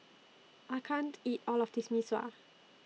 I can't eat All of This Mee Sua